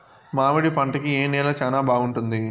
మామిడి పంట కి ఏ నేల చానా బాగుంటుంది